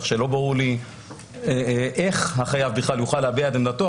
כך שלא ברור לי איך החייב יוכל להביע את עמדתו.